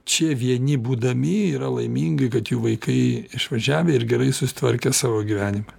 čia vieni būdami yra laimingi kad jų vaikai išvažiavę ir gerai susitvarkę savo gyvenimą